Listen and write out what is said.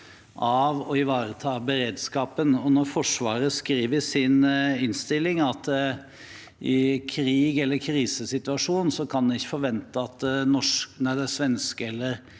av å ivareta beredskapen, og Forsvaret skriver i sin innstilling at man i en krigs- eller krisesituasjon ikke kan forvente at det svenske eller